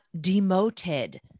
demoted